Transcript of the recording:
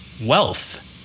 wealth